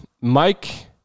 Mike